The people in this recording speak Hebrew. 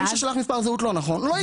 מי ששלח מספר זהות לא נכון, הוא לא ייקלט.